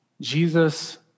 Jesus